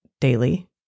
daily